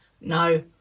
No